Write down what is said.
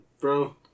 bro